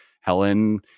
Helen